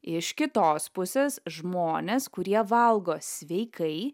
iš kitos pusės žmonės kurie valgo sveikai